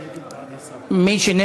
מי שבעד,